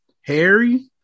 Harry